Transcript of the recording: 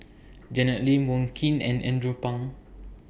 Janet Lim Wong Keen and Andrew Phang